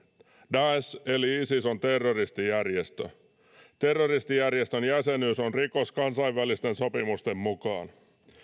daesh eli isis on terroristijärjestö terroristijärjestön jäsenyys on rikos kansainvälisten sopimusten mukaan